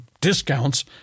discounts